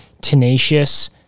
tenacious